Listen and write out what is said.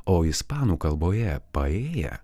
o ispanų kalboje paėja